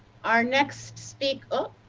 our next speaker